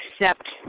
accept